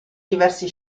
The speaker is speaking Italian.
diversi